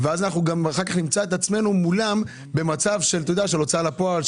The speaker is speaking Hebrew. אחר כך נמצא את עצמנו במצב של הוצאה לפועל,